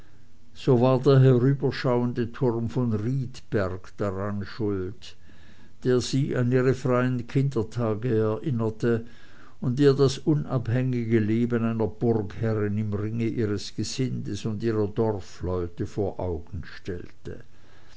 so war der herüberschauende turm von riedberg daran schuld der sie an ihre freien kindertage erinnerte und ihr das unabhängige leben einer burgherrin im ringe ihres gesindes und ihrer dorfleute vor augen stellte